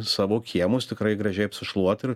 savo kiemus tikrai gražiai apsišluot ir